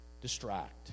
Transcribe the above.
distract